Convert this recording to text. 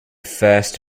first